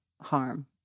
harm